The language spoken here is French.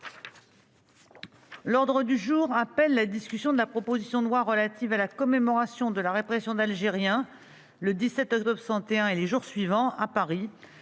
lois n'a pas adopté le texte de la proposition de loi relative à la commémoration de la répression d'Algériens le 17 octobre 1961 et les jours suivants à Paris,